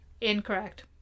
Incorrect